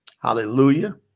Hallelujah